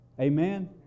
Amen